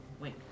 Wait